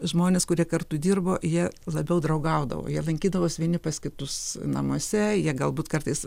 žmonės kurie kartu dirbo jie labiau draugaudavo jie lankydavos vieni pas kitus namuose jie galbūt kartais